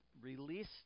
release